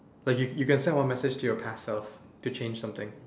but you you can send one message to your past self to change something